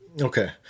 Okay